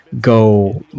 go